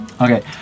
Okay